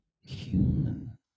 human